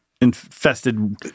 infested